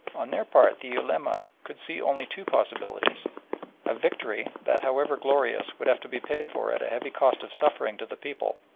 on their part the ulema could see only two possibilities a victory that, however glorious, would have to be paid for at a heavy cost of suffering to the people,